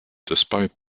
despite